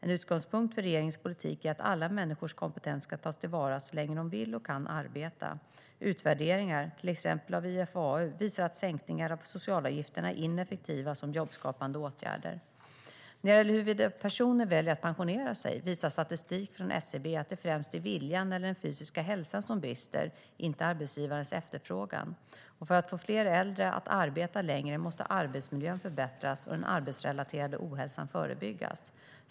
En utgångspunkt för regeringens politik är att alla människors kompetens ska tas till vara så länge de vill och kan arbeta. Utvärderingar, till exempel av IFAU, visar att sänkningar av socialavgifter är ineffektiva som jobbskapande åtgärder. När det gäller huruvida personer väljer att pensionera sig visar statistik från SCB att det främst är viljan eller den fysiska hälsan som brister, inte arbetsgivarens efterfrågan. För att få fler äldre att arbeta längre måste arbetsmiljön förbättras och den arbetsrelaterade ohälsan förebyggas.